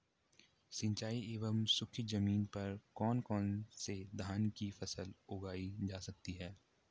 सिंचाई एवं सूखी जमीन पर कौन कौन से धान की फसल उगाई जा सकती है?